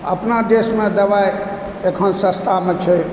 अपना देशमे दबाइ अखन सस्तामे छै